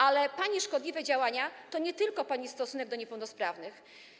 Ale pani szkodliwe działania to nie tylko pani stosunek do niepełnosprawnych.